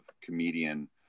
comedian